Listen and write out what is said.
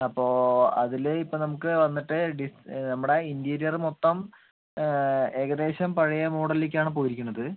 അപ്പോൾ അതില് ഇപ്പോൾ നമുക്ക് വന്നിട്ട് ഡിസ് നമ്മടെ ഇൻറ്റീരിയറ് മൊത്തം ഏകദേശം പഴയ മോഡലിലേക്കാണ് പോയിരിക്കുന്നത്